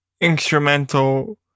instrumental